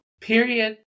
Period